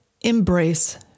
embrace